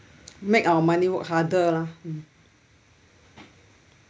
make our money work harder lah